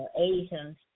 Asians